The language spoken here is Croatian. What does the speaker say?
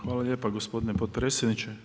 Hvala lijepo gospodine potpredsjedniče.